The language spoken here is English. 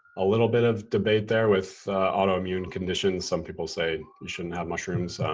a little bit of debate there with autoimmune conditions. some people say we shouldn't have mushrooms.